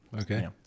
Okay